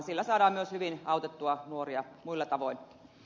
sillä saadaan myös hyvin autettua nuoria muilla tavoin